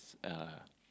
uh